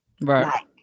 right